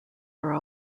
are